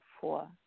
four